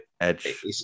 edge